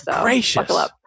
Gracious